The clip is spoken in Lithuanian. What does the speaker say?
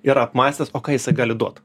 ir apmąstęs o ką jisai gali duot